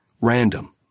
Random